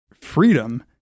freedom